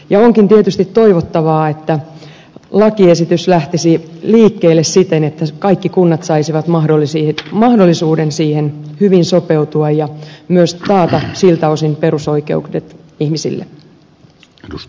onkin tietysti toivottavaa että lakiesitys lähtisi liikkeelle siten että kaikki kunnat saisivat mahdollisuuden siihen hyvin sopeutua ja myös taata siltä osin perusoikeudet ihmisille